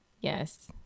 Yes